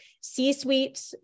C-suite